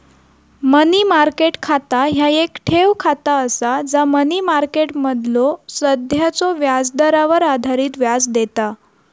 मनी market खाता ह्या येक ठेव खाता असा जा मनी मार्केटमधलो सध्याच्यो व्याजदरावर आधारित व्याज देता